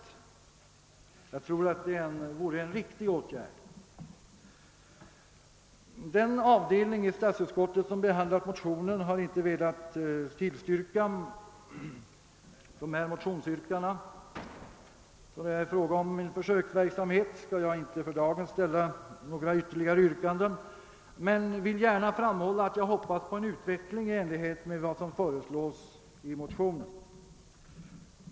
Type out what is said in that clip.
Jag tror att det vore en riktig åtgärd. Den avdelning i utskottet som behandlat "motionen har inte velat tillstyrka motionsyrkandena. Då det här är fråga om försöksverksamhet, skall jag för dagen inte ställa några ytterligare yrkanden men vill gärna framhålla att jag hoppas på en utveckling i enlighet vad som föreslås i motionen.